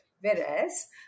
Whereas